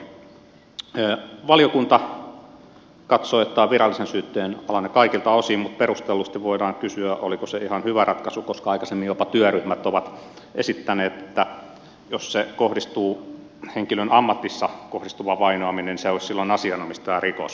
valiokunta katsoo että tämä on virallisen syytteen alainen kaikilta osin mutta perustellusti voidaan kysyä oliko se ihan hyvä ratkaisu koska aikaisemmin jopa työryhmät ovat esittäneet että jos se on henkilöön ammatissa kohdistuva vainoaminen se olisi silloin asianomistajarikos